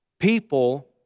People